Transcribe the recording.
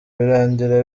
birangira